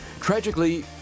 Tragically